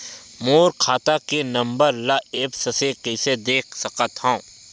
मोर खाता के नंबर ल एप्प से कइसे देख सकत हव?